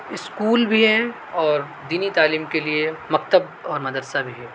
school بھی ہیں اور دینی تعیلم کے لیے مکتب اور مدرسہ بھی ہے